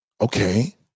okay